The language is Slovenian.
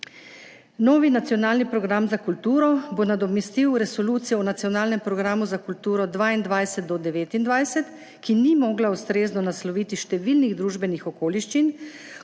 Novi nacionalni program za kulturo bo nadomestil Resolucijo o nacionalnem programu za kulturo 2022–2029, ki ni mogla ustrezno nasloviti številnih družbenih okoliščin,